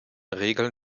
regeln